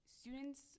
students